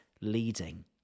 leading